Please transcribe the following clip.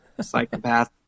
psychopath